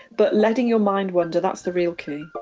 but letting your mind wander. that's the real clue.